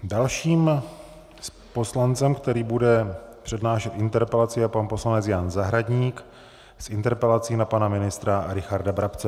Dalším poslancem, který bude přednášet interpelaci, je pan poslanec Jan Zahradník s interpelací na pana ministra Richarda Brabce.